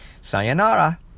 sayonara